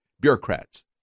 bureaucrats